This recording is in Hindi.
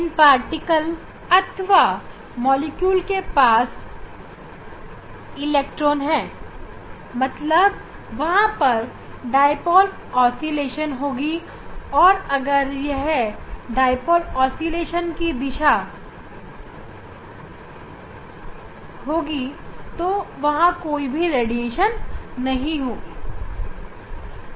इन पार्टिकल्स अथवा मॉलिक्यूल के पास इलेक्ट्रॉन है मतलब वहां पर डाईपोल ऑस्किलेशन होगी और अगर यह डाईपोल ऑस्किलेशन की दिशा होगी तब कोई भी रेडिएशन नहीं होगी